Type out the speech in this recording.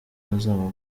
bazaba